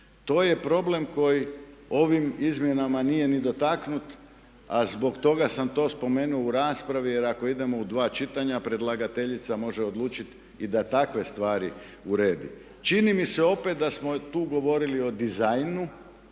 To je problem koji ovim izmjenama nije ni dotaknut a zbog toga sam to spomenuo u raspravi. Jer kao idemo u dva čitanja predlagateljica može odlučit i da takve stvari uredi. Čini mi se opet da smo tu govorili o dizajnu,